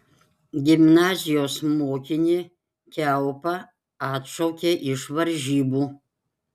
gimnazijos mokinį kiaupą atšaukė iš varžybų